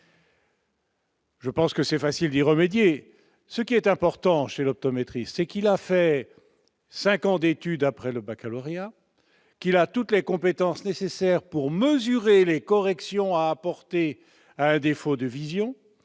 de remédier à cette difficulté. Ce qui est important chez l'optométriste, c'est qu'il a suivi cinq années d'études après le baccalauréat et qu'il a toutes les compétences nécessaires pour mesurer les corrections à apporter à un défaut de vision.